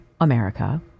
America